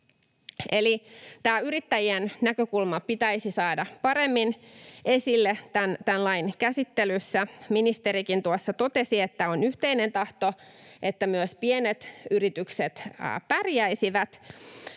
Eli tämä yrittäjien näkökulma pitäisi saada paremmin esille tämän lain käsittelyssä. Ministerikin tuossa totesi, että on yhteinen tahto, että myös pienet yritykset pärjäisivät,